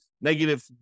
negative